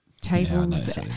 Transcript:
tables